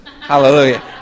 Hallelujah